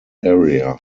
area